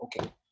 okay